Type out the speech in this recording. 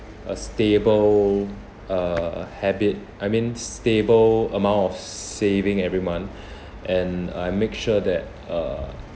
a stable uh a habit I mean stable amount of saving every month and I make sure that uh